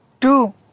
two